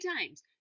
times